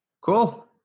Cool